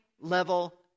level